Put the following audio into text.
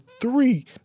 three